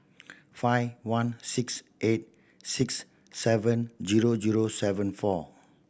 five one six eight six seven zero zero seven four